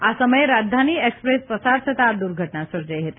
આ સમયે રાજધાની એકસપ્રેસ પસાર થતાં આ દુર્ઘટના સર્જાઇ હતી